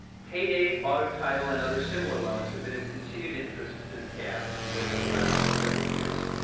payday, auto title, and other similar loans have been of continued interest to the cab over the last several years.